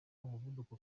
umuvuduko